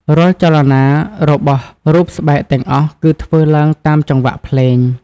រាល់ចលនារបស់រូបស្បែកទាំងអស់គឺធ្វើឡើងតាមចង្វាក់ភ្លេង។